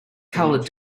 colored